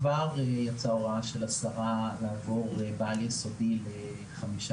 כבר יצאה הוראה של השרה לעבור בעל יסודי לחמישה